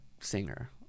singer